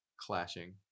clashing